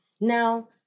Now